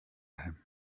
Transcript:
him